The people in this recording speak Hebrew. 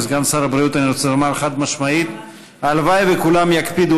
לסגן שר הבריאות אני רוצה לומר חד-משמעית: הלוואי שכולם יקפידו